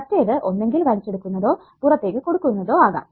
മറ്റേത് ഒന്നെങ്കിൽ വലിച്ചെടുക്കുന്നതോ പുറത്തേക്ക് കൊടുക്കുന്നതോ ആകാം